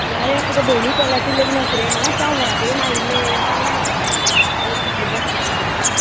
ना रे म्हगे भयणी चेड्याचें लग्न आसा रे मातशें हांव घरा कडेन आयिल्लें हेंच चुकलें बस चुकली परती